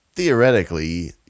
Theoretically